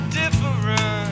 different